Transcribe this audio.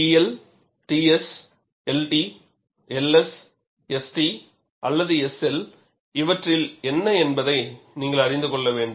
TL TS LT LS ST அல்லது SL இவற்றில் என்ன என்பதை நீங்கள் அறிந்து கொள்ள வேண்டும்